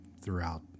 throughout